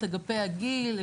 את אגפי הגיל,